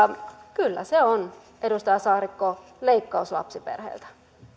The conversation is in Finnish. kyllä se on edustaja saarikko leikkaus lapsiperheiltä